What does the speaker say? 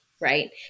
Right